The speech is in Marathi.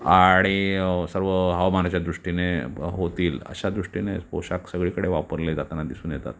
आणि सर्व हवामानाच्या दृष्टीने होतील अशा दृष्टीने पोशाख सगळीकडे वापरले जाताना दिसून येतात